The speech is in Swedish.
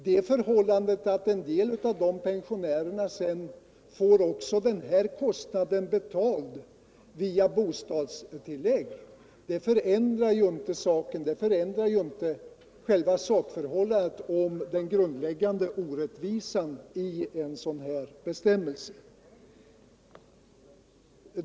Att vissa av dessa pensionärer får kostnaden betald genom bostadstillägg förändrar inte själva sakförhållandet, den grundläggande orättvisan med en sådan här bestämmelse.